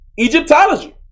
Egyptology